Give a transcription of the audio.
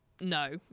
no